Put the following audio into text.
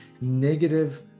negative